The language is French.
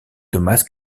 thomas